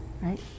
right